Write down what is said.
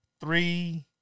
three